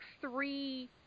three